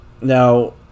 Now